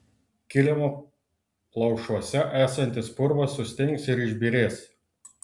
kilimo plaušuose esantis purvas sustings ir išbyrės